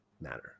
matter